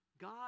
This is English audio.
God